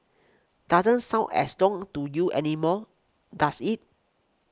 doesn't sound as long to you anymore does it